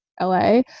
LA